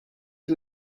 you